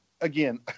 again